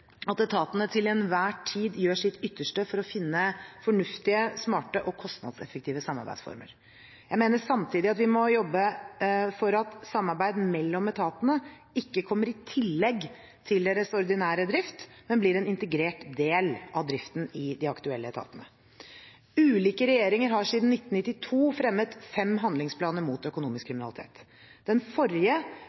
at etatene til enhver tid gjør sitt ytterste for å finne fornuftige, smarte og kostnadseffektive samarbeidsformer. Jeg mener samtidig at vi må jobbe for at samarbeid mellom etatene ikke kommer i tillegg til deres ordinære drift, men blir en integrert del av driften i de aktuelle etatene. Ulike regjeringer har siden 1992 fremmet fem handlingsplaner mot økonomisk kriminalitet. Den forrige